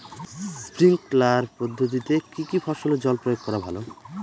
Sprinkler পদ্ধতিতে কি কী ফসলে জল প্রয়োগ করা ভালো?